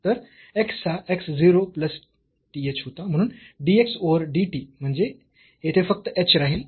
तर x हा x 0 plus th होता म्हणून dx ओव्हर dt म्हणजे येथे फक्त h राहिल